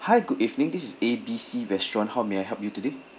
hi good evening this is A B C restaurant how may I help you today